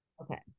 okay